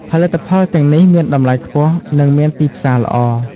ផលិតផលទាំងនេះមានតម្លៃខ្ពស់ និងមានទីផ្សារល្អ។